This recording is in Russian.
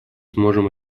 сможет